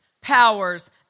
powers